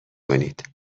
کنید